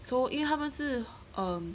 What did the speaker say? so 因为他们是 um